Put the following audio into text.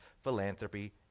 philanthropy